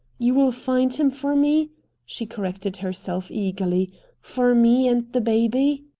you will find him for me she corrected herself eagerly for me and the baby?